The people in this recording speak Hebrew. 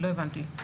לא הבנתי.